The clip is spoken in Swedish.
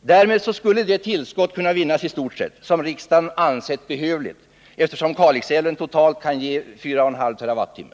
Därmed skulle det tillskott i stort sett kunna vinnas som riksdagen ansett behövligt, eftersom Kalixälven totalt kan ge 4,5 TWh.